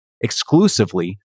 exclusively